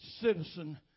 citizen